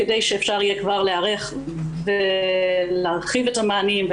כדי שאפשר יהיה כבר להיערך בלהרחיב את המענים,